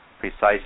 precisely